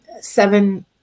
seven